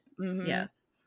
Yes